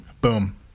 Boom